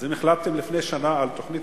אז אם החלטתם לפני שנה על תוכנית